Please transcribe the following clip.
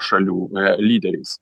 šalių lyderiais